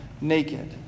naked